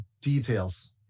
details